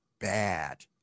bad